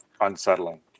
unsettling